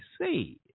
say